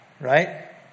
right